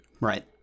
Right